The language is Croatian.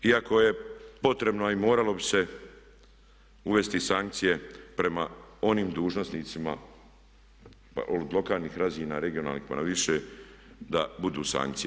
Iako je potrebno i moralo bi se uvesti sankcije prema onim dužnosnicima od lokalnih razina, regionalnih pa na više da budu sankcije.